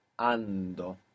ando